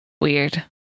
Weird